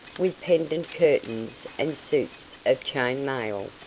with pendent curtains, and suits of chain mail.